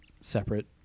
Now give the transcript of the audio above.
separate